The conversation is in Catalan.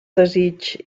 desig